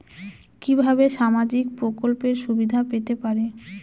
কিভাবে সামাজিক প্রকল্পের সুবিধা পেতে পারি?